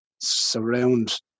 surround